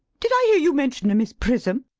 did i hear you mention a miss prism?